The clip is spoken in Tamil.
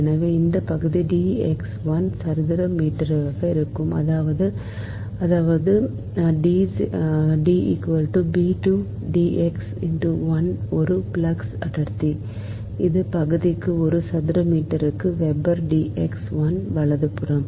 எனவே இந்தப் பகுதி d x 1 சதுர மீட்டராக இருக்கும் அதாவது அதாவது அது ஒரு ஃப்ளக்ஸ் அடர்த்தி இந்த பகுதிக்கு ஒரு சதுர மீட்டருக்கு வெபர் d x 1 வலதுபுறம்